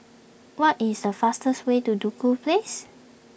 what is the fastest way to Duku Place